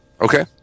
Okay